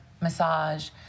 massage